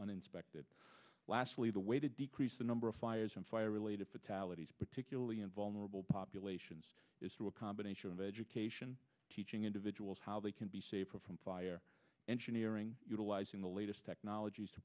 uninspected lastly the way to decrease the number of fires and fire related fatalities particularly in vulnerable populations is through a combination of education teaching individuals how they can be safer from fire engineering utilizing the latest technologies to